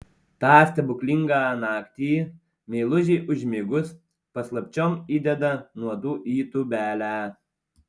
tą stebuklingą naktį meilužei užmigus paslapčiom įdeda nuodų į tūbelę